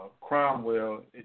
Cromwell